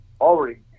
already